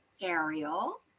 Ariel